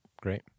great